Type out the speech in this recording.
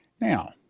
Now